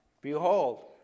Behold